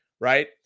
Right